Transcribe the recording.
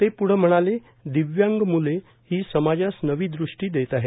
ते पुढं म्हणाले दिव्यांग मुले ही समाजास नवी दृष्टी देत आहेत